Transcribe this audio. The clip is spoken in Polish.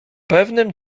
pewnym